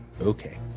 Okay